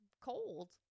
cold